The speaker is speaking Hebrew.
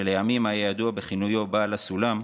שלימים יהיה ידוע בכינויו "בעל הסולם",